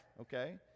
okay